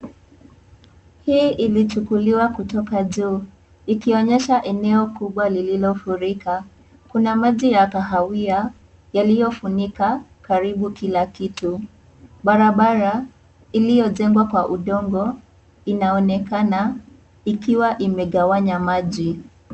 Hii ilichukuliwa kutoka juu ikionyesha eneo kubwa lililofurika. Kuna maji ya kahawia yaliyofunika karibu kila kitu. Barabara iliyojengwa kwa udongo inaonekana ikiwa imegawanya maji.